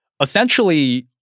essentially